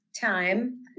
time